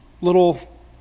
little